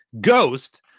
Ghost